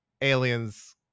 aliens